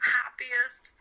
happiest